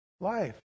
life